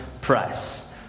price